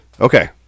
Okay